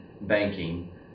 banking